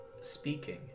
speaking